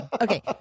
Okay